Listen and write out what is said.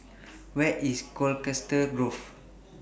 Where IS Colchester Grove